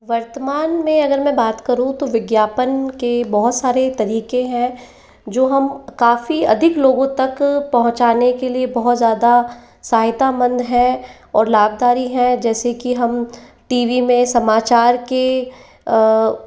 वर्तमान में अगर मैं बात करूँ तो विज्ञापन के बहुत सारे तरीके हैं जो हम काफी अधिक लोगों तक पहुँचाने के लिए बहुत ज़्यादा सहायतामंद है और लाभदारी है जैसे की हम टी वी में समाचार के